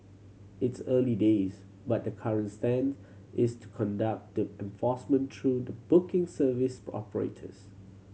it's early days but the current stance is to conduct the enforcement through the booking service operators